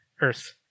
Earth